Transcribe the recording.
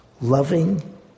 loving